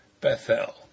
Bethel